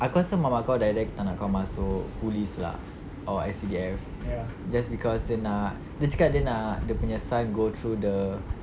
aku rasa mama kau die die tak nak kau masuk police lah or S_C_D_F just cause dia nak dia cakap dia nak dia punya son go through the